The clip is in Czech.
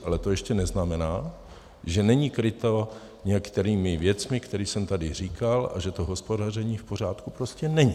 Ale to ještě neznamená, že není kryto některými věcmi, které jsem tady říkal, že to hospodaření v pořádku prostě není.